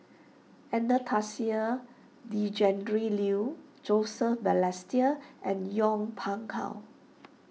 Anastasia Tjendri Liew Joseph Balestier and Yong Pung How